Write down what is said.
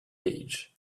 age